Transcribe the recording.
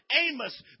Amos